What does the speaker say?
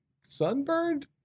sunburned